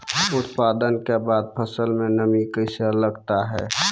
उत्पादन के बाद फसल मे नमी कैसे लगता हैं?